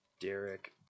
Derek